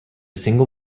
single